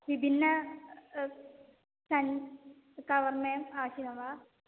विभिन्न सन् कवर मेन् आवश्यकं वा